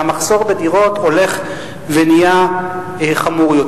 והמחסור בדירות הולך ונהיה חמור יותר.